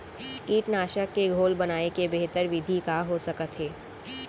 कीटनाशक के घोल बनाए के बेहतर विधि का हो सकत हे?